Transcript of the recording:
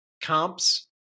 comps